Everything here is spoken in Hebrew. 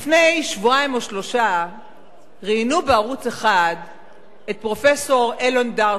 לפני שבועיים או שלושה ראיינו בערוץ-1 את פרופסור אלן דרשוביץ.